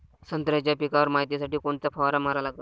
संत्र्याच्या पिकावर मायतीसाठी कोनचा फवारा मारा लागन?